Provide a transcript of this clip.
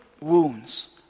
wounds